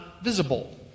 visible